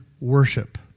worship